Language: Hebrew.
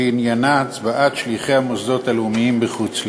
שעניינה הצבעת שליחי המוסדות הלאומיים בחוץ-לארץ.